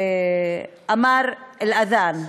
ואמר: אל אד'אן.